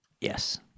Yes